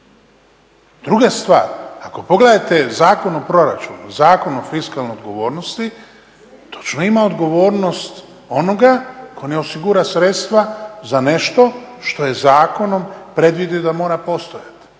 Druga stvar ako pogledate Zakon o proračunu, Zakon o fiskalnoj odgovornosti točno ima odgovornost onoga tko ne osigura sredstva za nešto što je zakonom predvidio da mora postojati.